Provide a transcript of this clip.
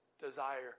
desire